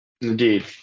Indeed